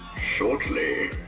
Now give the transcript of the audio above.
shortly